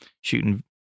shooting